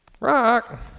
Rock